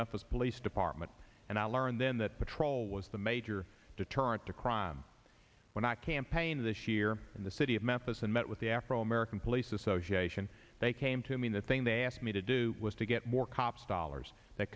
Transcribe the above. methods police department and i learned then that patrol was the major deterrent to crime when i campaigned this year in the city of memphis and met with the afro american police association they came to me the thing they asked me to do was to get more cops dollars that